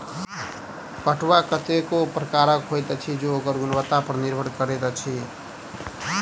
पटुआ कतेको प्रकारक होइत अछि जे ओकर गुणवत्ता पर निर्भर करैत अछि